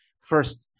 First